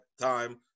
time